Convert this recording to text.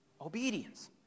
obedience